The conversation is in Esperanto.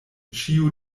ĉiu